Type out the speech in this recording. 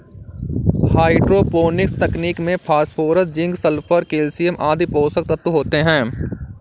hydroponics तकनीक में phosphorus, zinc, sulphur, calcium आदि पोषक तत्व होते है